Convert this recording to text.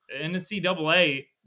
NCAA